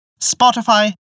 Spotify